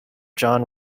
john